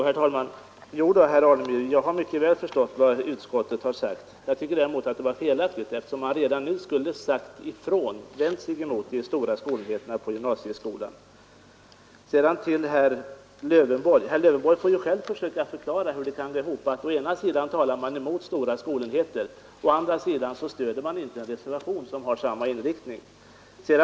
Herr talman! Jag har, herr Alemyr, mycket väl förstått vad utskottet säger. Däremot tycker jag det är felaktigt eftersom man redan nu skulle ha vänt sig mot de stora enheterna på gymnasieskolan. Herr Lövenborg får själv försöka förklara hur det kan gå ihop att man å ena sidan talar mot stora skolenheter och å andra sidan inte stöder en reservation med samma inriktning.